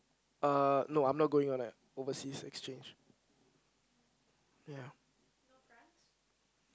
uh no I am not going on an overseas exchange ya